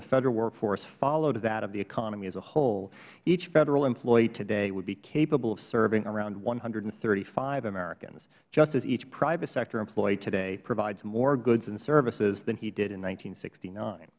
the federal workforce followed that of the economy as a whole each federal employee today would be capable of serving around one hundred and thirty five americans just as each private sector employee today provides more goods and services than he did in